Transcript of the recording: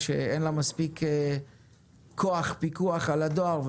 שאין לה מספיק כוח של פיקוח על הדואר,